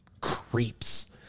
creeps